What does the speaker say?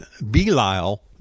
Belial